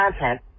content